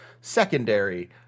secondary